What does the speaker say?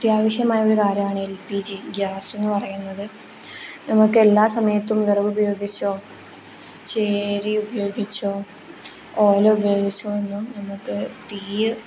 അത്യാവശ്യമായ ഒരു കാര്യമാണ് എൽ പി ജി ഗ്യാസ് എന്ന് പറയുന്നത് നമുക്ക് എല്ലാ സമയത്തും വിറക് ഉപയോഗിച്ചോ ചേരി ഉപയോഗിച്ചോ ഓല ഉപയോഗിച്ചോ ഒന്നും നമക്ക് തീ